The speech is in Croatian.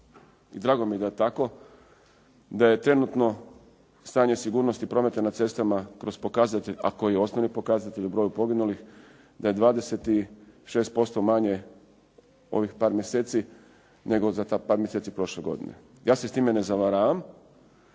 i drago mi je da tako, da je trenutno stanje sigurnosti prometa na cestama kroz pokazatelj, a koji je osnovni pokazatelj o broju poginulih, da je 26% manje ovih par mjeseci nego za par mjeseci prošle godine. Ja se s time ne zavaravam,